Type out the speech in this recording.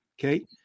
Okay